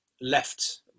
left